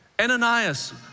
Ananias